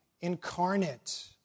incarnate